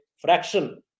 fraction